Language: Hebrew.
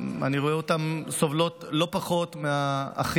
אני רואה אותן סובלות לא פחות מהאחים